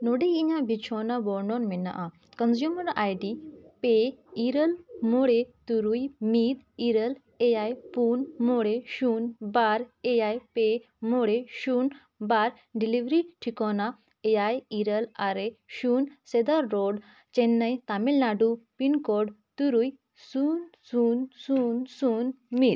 ᱱᱚᱰᱮ ᱤᱧᱟᱹᱜ ᱵᱤᱪᱷᱚᱱᱟ ᱵᱚᱨᱱᱚᱱ ᱢᱮᱱᱟᱜᱼᱟ ᱯᱮ ᱤᱨᱟᱹᱞ ᱢᱚᱬᱮ ᱛᱩᱨᱩᱭ ᱢᱤᱫ ᱤᱨᱟᱹᱞ ᱮᱭᱟᱭ ᱯᱩᱱ ᱢᱚᱬᱮ ᱥᱩᱱ ᱵᱟᱨ ᱮᱭᱟᱭ ᱯᱮ ᱢᱚᱬᱮ ᱥᱩᱱ ᱵᱟᱨ ᱴᱷᱤᱠᱟᱱᱟ ᱮᱭᱟᱭ ᱤᱨᱟᱹᱞ ᱟᱨᱮ ᱥᱩᱱ ᱥᱮᱫᱟᱨ ᱨᱳᱰ ᱪᱮᱱᱱᱟᱭ ᱛᱟᱹᱢᱤᱞᱱᱟᱹᱰᱩ ᱛᱩᱨᱩᱭ ᱥᱩᱱ ᱥᱩᱱ ᱥᱩᱱ ᱥᱩᱱ ᱢᱤᱫ